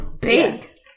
big